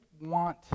want